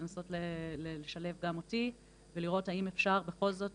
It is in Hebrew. לנסות לשלב גם אותי ולראות האם אפשר בכל זאת